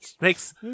Makes